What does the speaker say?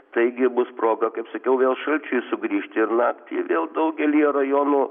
taigi bus proga kaip sakiau vėl šalčiui sugrįžti ir naktį vėl daugelyje rajonų